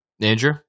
Andrew